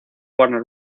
warner